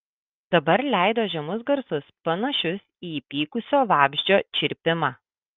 dabar leido žemus garsus panašius į įpykusio vabzdžio čirpimą